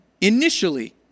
initially